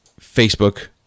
Facebook